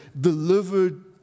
delivered